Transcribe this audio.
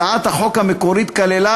הצעת החוק המקורית כללה,